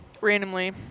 randomly